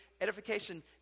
edification